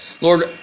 Lord